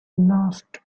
laughed